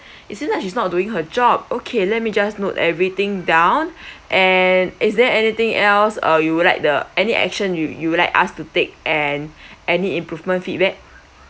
isn't that she's not doing her job okay let me just note everything down and is there anything else or you would like the any action you you would like us to take and any improvement feedback